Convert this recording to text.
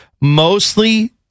mostly